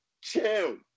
Chill